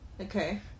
Okay